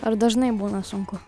ar dažnai būna sunku